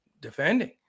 defending